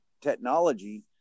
technology